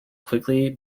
quickly